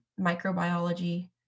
microbiology